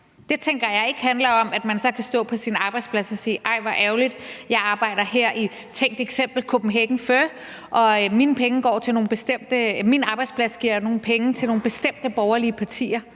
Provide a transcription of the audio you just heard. Det tænker jeg ikke handler om, at man så kan stå på sin arbejdsplads og sige: Ej, hvor ærgerligt, at jeg arbejder her – i et tænkt eksempel – i Kopenhagen Fur og min arbejdsplads giver nogle penge til nogle bestemte borgerlige partier.